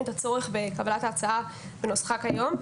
את הצורך בקבלת ההצעה בנוסחה כיום.